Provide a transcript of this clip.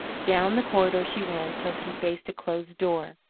down the corridor she ran until she faced a closed door.